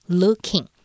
looking